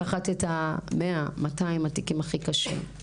לקחת את ה-100-200 התיקים הכי קשים.